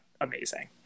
amazing